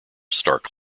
stark